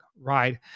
right